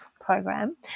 program